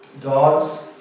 Dogs